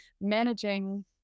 managing